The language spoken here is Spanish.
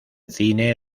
cine